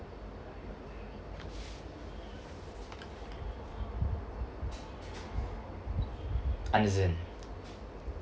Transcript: understand